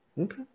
Okay